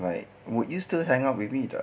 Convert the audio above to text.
like would you still hang out with me tak